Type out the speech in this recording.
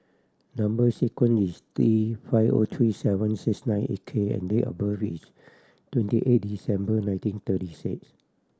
number sequence is T five O three seven six nine eight K and date of birth is twenty eight December nineteen thirty six